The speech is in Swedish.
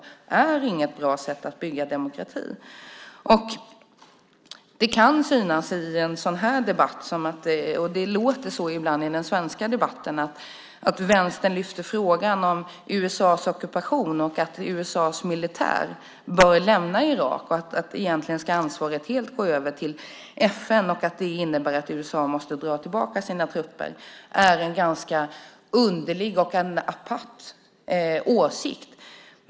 Det här är inget bra sätt att bygga demokrati. Det låter ibland i den svenska debatten som att det är en ganska underlig och apart åsikt när Vänstern lyfter fram frågan om USA:s ockupation, att USA:s militär bör lämna Irak, att ansvaret helt ska gå över till FN och att det innebär att USA måste dra tillbaka sina trupper.